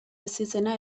ezizena